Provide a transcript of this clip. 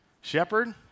Shepherd